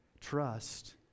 trust